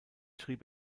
schrieb